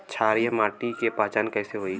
क्षारीय माटी के पहचान कैसे होई?